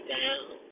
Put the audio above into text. down